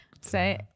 Say